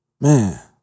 Man